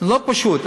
לא פשוט.